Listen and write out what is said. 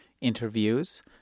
interviews